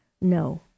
no